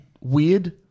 weird